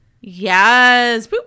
Yes